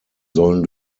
sollen